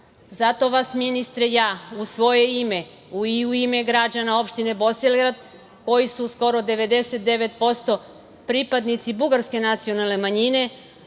rada. Zato vas ministre ja, u svoje ime, i u ime građana opštine Bosilegrad, koji su skoro 99% pripadnici bugarske nacionalne manjine,